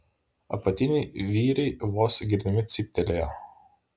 apatiniai vyriai vos girdimai cyptelėjo